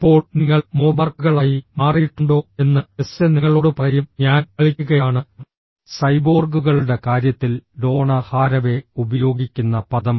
ഇപ്പോൾ നിങ്ങൾ മോബാർക്കുകളായി മാറിയിട്ടുണ്ടോ എന്ന് ടെസ്റ്റ് നിങ്ങളോട് പറയും ഞാൻ കളിക്കുകയാണ് സൈബോർഗുകളുടെ കാര്യത്തിൽ ഡോണ ഹാരവേ ഉപയോഗിക്കുന്ന പദം